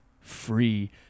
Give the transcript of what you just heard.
Free